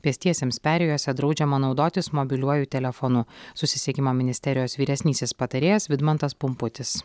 pėstiesiems perėjose draudžiama naudotis mobiliuoju telefonu susisiekimo ministerijos vyresnysis patarėjas vidmantas pumputis